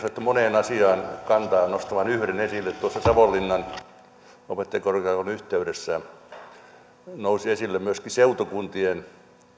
otettu moneen asiaan kantaa nostan vain yhden esille tuossa savonlinnan opettajakorkeakoulun yhteydessä nousi esille myöskin seutukuntien